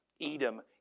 Edom